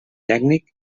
tècnic